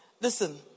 Listen